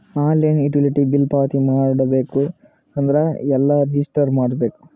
Online utility bill ಪಾವತಿ ಮಾಡಬೇಕು ಅಂದ್ರ ಎಲ್ಲ ರಜಿಸ್ಟರ್ ಮಾಡ್ಬೇಕು?